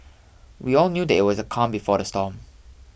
we all knew that it was the calm before the storm